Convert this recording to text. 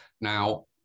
Now